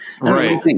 right